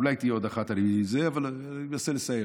אולי תהיה עוד אחת אבל אני אנסה לסיים: